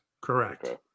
Correct